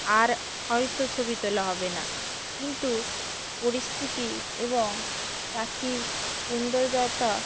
আর হয়তো ছবি তোলা হবে না কিন্তু পরিস্থিতি এবং পাখির সৌন্দর্যতা